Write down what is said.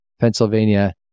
Pennsylvania